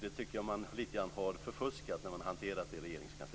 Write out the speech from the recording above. De har förfuskats vid hanteringen i Regeringskansliet.